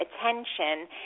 attention